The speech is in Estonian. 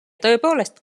tõepoolest